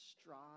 strive